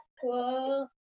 cool